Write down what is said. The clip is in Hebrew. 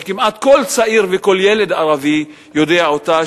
שכמעט כל צעיר וכל ילד ערבי יודע אותה,